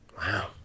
Wow